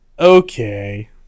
Okay